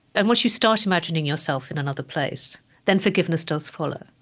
and once you start imagining yourself in another place, then forgiveness does follow.